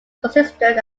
considered